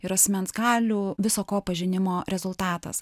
ir asmens galių viso ko pažinimo rezultatas